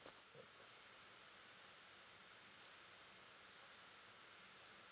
mm